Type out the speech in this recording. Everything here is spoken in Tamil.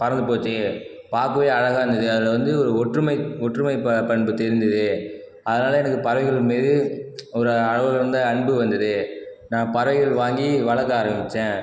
பறந்து போச்சு பார்க்கவே அழகாக இருந்தது அதில் வந்து ஒரு ஒற்றுமை ஒற்றுமை ப பண்பு தெரிந்தது அதனால் எனக்கு பறவைகள் மீது ஒரு அளவு கடந்த அன்பு வந்தது நான் பறவைகள் வாங்கி வளர்க்க ஆரம்பிச்சேன்